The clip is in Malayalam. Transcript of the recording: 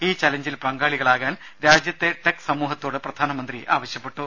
ഈ ചലഞ്ചിൽ പങ്കാളികളാകാൻ രാജ്യത്തെ ടെക് സമൂഹത്തോട് പ്രധാനമന്ത്രി ആവശ്യപ്പെട്ടു